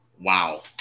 wow